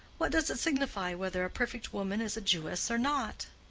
what does it signify whether a perfect woman is a jewess or not?